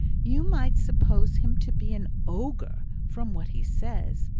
you might suppose him to be an ogre from what he says,